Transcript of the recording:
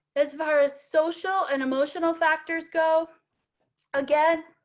as far as social and emotional factors go again,